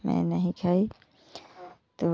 मैं नहीं खाई तो